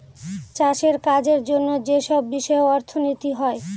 চাষের কাজের জন্য যেসব বিষয়ে অর্থনীতি হয়